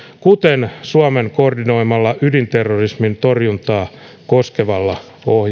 kuten suomen koordinoimalla ydinterrorismin torjuntaa koskevalla ohjelmalla